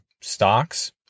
stocks